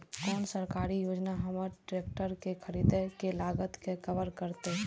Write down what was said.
कोन सरकारी योजना हमर ट्रेकटर के खरीदय के लागत के कवर करतय?